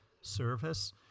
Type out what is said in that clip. service